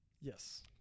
Yes